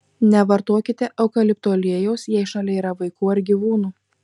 nevartokite eukalipto aliejaus jei šalia yra vaikų ar gyvūnų